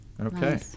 Okay